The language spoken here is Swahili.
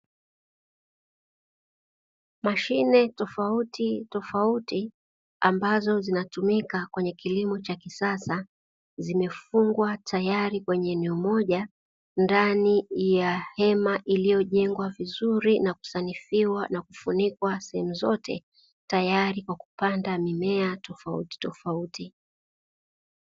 Mashine tofautitofauti ambazo zinatumika kwenye kilimo cha kisasa zimefungwa tayari kwenye eneo moja ndani ya hema ililojengwa vizuri, kusanifiwa na kufunikwa sehemu zote tayari kwa kupanda mimea tofautitofauti.